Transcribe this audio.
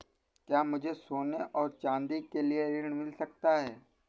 क्या मुझे सोने और चाँदी के लिए ऋण मिल सकता है?